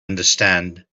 understand